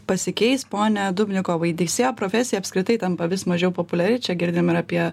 pasikeis pone dubnikovai teisėjo profesija apskritai tampa vis mažiau populiari čia girdim ir apie